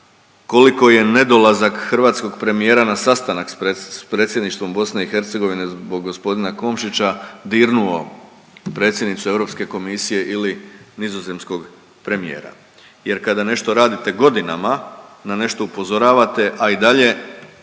koliko je nedolazak hrvatskog premijera na sastanak sa Predsjedništvom BiH zbog gospodina Komšića dirnuo predsjednicu Europske komisije ili nizozemskog premijera. Jer kada nešto radite godinama, na nešto upozoravate, a i dalje